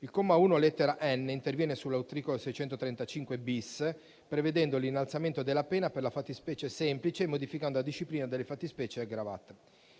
Il comma 1, lettera *n)*, interviene sull'articolo 635-*bis* prevedendo l'innalzamento della pena per la fattispecie semplice, modificando la disciplina della fattispecie aggravata.